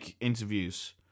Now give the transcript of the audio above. interviews